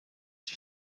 die